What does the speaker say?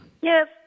Yes